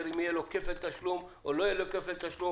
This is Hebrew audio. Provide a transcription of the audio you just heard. אם יהיה לו כפל תשלום או לא יהיה לו כפל תשלום,